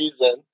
reason